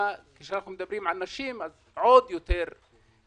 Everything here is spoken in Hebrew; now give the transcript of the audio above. כשאנחנו מדברים על נשים, הן עוד יותר מוחלשות.